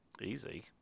Easy